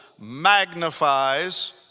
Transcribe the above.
magnifies